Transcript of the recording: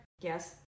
yes